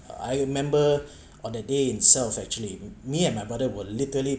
I remember on that day itself actually me and my brother will literally